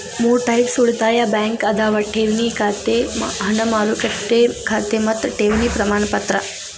ಮೂರ್ ಟೈಪ್ಸ್ ಉಳಿತಾಯ ಬ್ಯಾಂಕ್ ಅದಾವ ಠೇವಣಿ ಖಾತೆ ಹಣ ಮಾರುಕಟ್ಟೆ ಖಾತೆ ಮತ್ತ ಠೇವಣಿ ಪ್ರಮಾಣಪತ್ರ